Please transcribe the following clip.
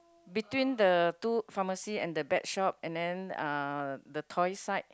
between the two pharmacy and the pet shop and then uh the toy side